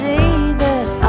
Jesus